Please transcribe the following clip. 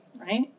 right